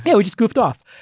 yeah we just goofed off.